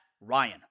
Ryan